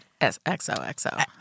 XOXO